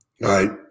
right